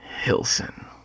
Hilson